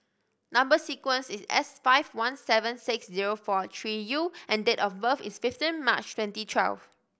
number sequence is S five one seven six zero four three U and date of birth is fifteen March twenty twelve